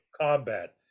combat